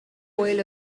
oil